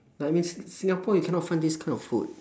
I mean si~ singapore you cannot find this kind of food